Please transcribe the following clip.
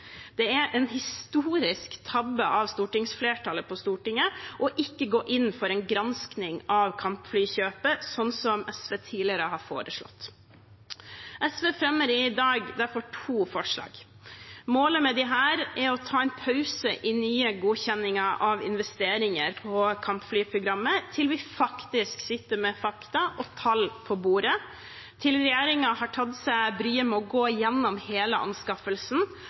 Det er en historisk tabbe av stortingsflertallet å ikke gå inn for en gransking av kampflykjøpet, som SV tidligere har foreslått. SV fremmer i dag derfor to forslag. Målet med dem er å ta en pause i nye godkjenninger av investeringer på kampflyprogrammet til vi faktisk sitter med fakta og tall på bordet, til regjeringen har tatt seg bryet med å gå gjennom hele anskaffelsen og legge fram en realistisk plan og en ærlig og åpen framstilling av anskaffelsen